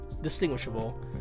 distinguishable